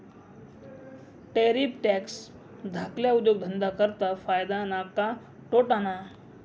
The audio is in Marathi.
टैरिफ टॅक्स धाकल्ला उद्योगधंदा करता फायदा ना का तोटाना?